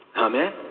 Amen